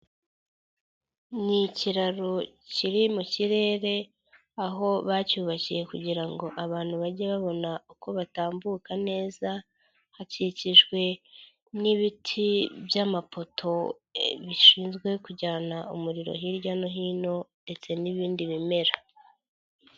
Ni ikiraro kiri mu kirere aho bacyubakiye kugira ngo abantu bajye babona uko batambuka neza, hakikijwe n'ibiti by'amapoto bishinzwe kujyana umuriro hirya no hino ndetse n'ibindi bimera.